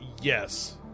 Yes